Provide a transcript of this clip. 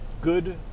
good